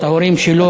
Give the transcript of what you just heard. את ההורים שלו,